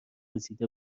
رسیده